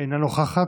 אינה נוכחת.